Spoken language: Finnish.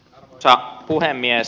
arvoisa puhemies